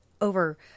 over